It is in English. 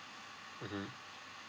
mmhmm